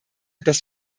dass